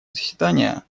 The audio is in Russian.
заседания